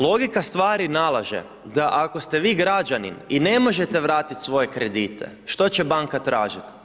Logika stvari nalaže da ako ste vi građanin, i ne možete vratit svoje kredite, što će banka tražit?